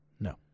no